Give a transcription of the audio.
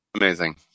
Amazing